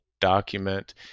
document